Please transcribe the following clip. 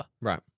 Right